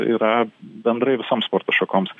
yra bendrai visoms sporto šakoms